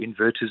inverters